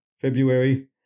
February